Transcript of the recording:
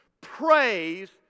Praise